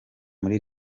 muri